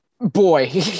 Boy